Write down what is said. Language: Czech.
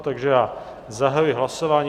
Takže zahajuji hlasování.